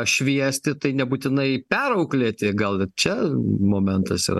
šviesti tai nebūtinai perauklėti gal ir čia momentas yra